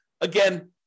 Again